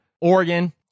Oregon